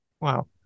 Wow